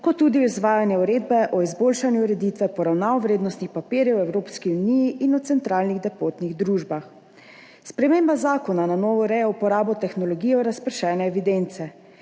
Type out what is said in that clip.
kot tudi izvajanje Uredbe o izboljšanju ureditve poravnav vrednostnih papirjev v Evropski uniji in o centralnih depotnih družbah. Sprememba zakona na novo ureja uporabo tehnologije razpršene evidence.